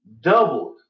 doubled